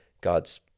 god's